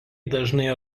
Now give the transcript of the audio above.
dažnai